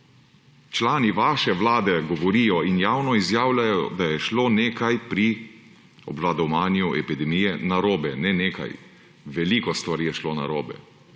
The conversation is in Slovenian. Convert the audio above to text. Člani vaše vlade govorijo in javno izjavljajo, da je šlo nekaj pri obvladovanju epidemije narobe. Ne nekaj, veliko stvari je šlo narobe.